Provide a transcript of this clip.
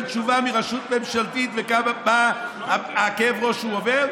תשובה מרשות ממשלתית ומה כאב הראש שהוא עובר?